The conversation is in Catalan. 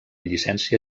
llicència